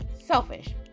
selfish